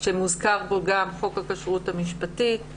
שמוזכר בו גם חוק הכשרות המשפטית,